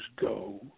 go